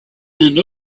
and